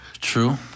True